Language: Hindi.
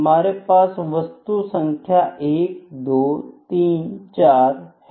हमारे पास वस्तु संख्या 1234 हैं